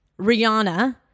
Rihanna